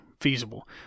feasible